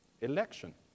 Election